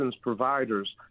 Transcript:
providers